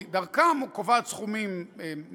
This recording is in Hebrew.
דרכם היא קובעת סכומים מרביים,